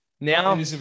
Now